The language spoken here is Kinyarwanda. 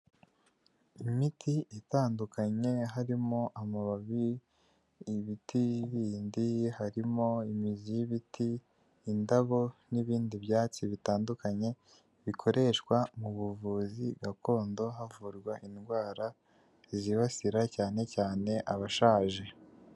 Imiti itandukanye, harimo amababi, ibiti bindi, harimo imizi y'ibiti, indabo n'ibindi byatsi bitandukanye bikoreshwa mu buvuzi gakondo, havurwa indwara zibasira cyane cyane abashaje.